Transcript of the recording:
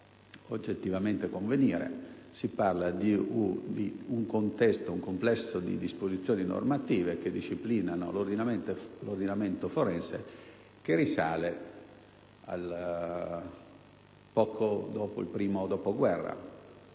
fatto che nel provvedimento sia contenuto un complesso di disposizioni normative che disciplinano l'ordinamento forense che risale a poco dopo il primo dopoguerra.